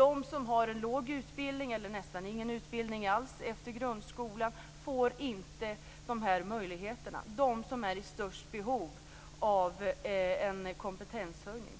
De som har låg utbildning eller nästan ingen utbildning alls efter grundskolan får inte dessa möjligheter, de som är i störst behov av en kompetenshöjning.